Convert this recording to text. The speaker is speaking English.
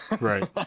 Right